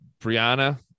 brianna